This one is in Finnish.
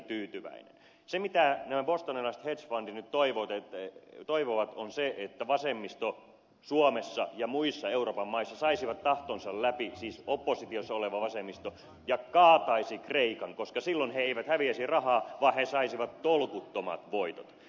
se mitä nämä bostonilaiset hedge fundit nyt toivovat on se että oppositiossa oleva vasemmisto suomessa ja muissa euroopan maissa saisi tahtonsa läpi ja kaataisi kreikan koska silloin he eivät häviäisi rahaa vaan he saisivat tolkuttomat voitot